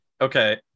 Okay